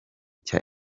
cya